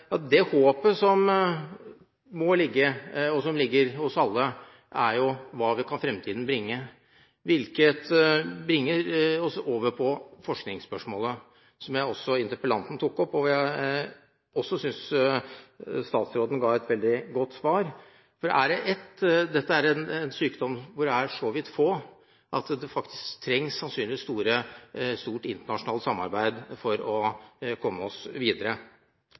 ene er håpet som må ligge, og som ligger hos alle, om hva fremtiden kan bringe, hvilket bringer oss over på forskningsspørsmålet, som også interpellanten tok opp, og hvor jeg også synes statsråden ga et veldig godt svar. Dette er en sykdom hvor det er så vidt få at det sannsynligvis trengs stort internasjonalt samarbeid for å komme videre.